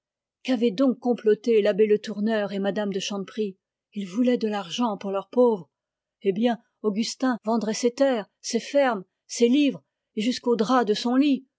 qu'avaient donc comploté l'abbé le tourneur et m me de chanteprie ils voulaient de l'argent pour leurs pauvres eh bien augustin vendait ses terres ses fermes ses livres et jusqu'aux draps de son lit